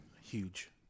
Huge